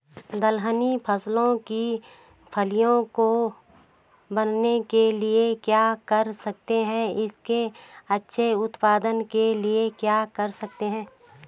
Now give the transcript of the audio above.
दलहनी फसलों की फलियों को बनने के लिए क्या कर सकते हैं इसके अच्छे उत्पादन के लिए क्या कर सकते हैं?